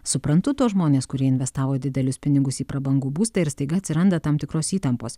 suprantu tuos žmones kurie investavo didelius pinigus į prabangų būstą ir staiga atsiranda tam tikros įtampos